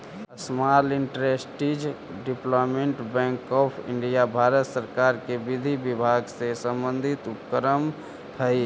small industries development bank of India Bharat सरकार के विधि विभाग से संबंधित उपक्रम हइ